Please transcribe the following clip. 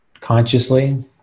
consciously